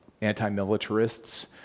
anti-militarists